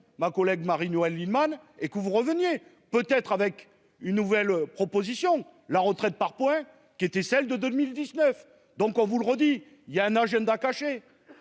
ma collègue Marie-Noëlle Lienemann et que vous reveniez peut être avec une nouvelle proposition. La retraite par points qui était celle de 2019, donc on vous le redis il y a un agenda caché.